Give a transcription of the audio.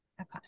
Okay